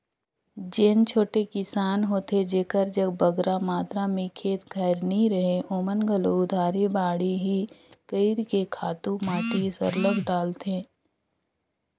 जेन छोटे किसान होथे जेकर जग बगरा मातरा में खंत खाएर नी रहें ओमन घलो उधारी बाड़ही कइर के खातू माटी सरलग डालथें